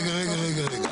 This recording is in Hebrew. רגע, רגע, רגע.